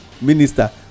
Minister